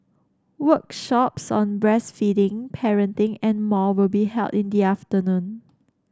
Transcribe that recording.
workshops on breastfeeding parenting and more will be held in the afternoon